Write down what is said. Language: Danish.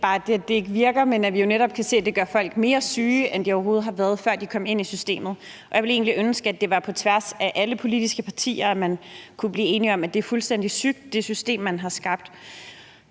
er det, at det ikke virker, men at vi jo netop kan se, at det gør folk mere syge, end de overhovedet har været, før de kom ind i systemet. Jeg ville egentlig ønske, at det var på tværs af alle politiske partier, at man kunne blive enige om, at det system, man har skabt,